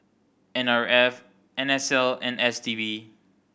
N R F N S L and S T B